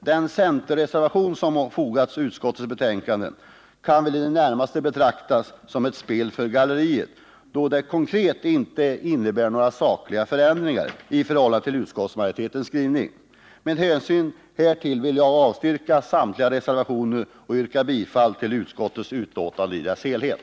Den centerreservation som fogats till utskottsbetänkandet kan väl i det närmaste betraktas som ett spel för galleriet, då den konkret inte innebär några sakliga förändringar i förhållande till utskottsmajoritetens skrivning. Med hänsyn härtill vill jag avstyrka samtliga reservationer och yrka bifall till utskottets hemställan i dess helhet.